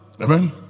Amen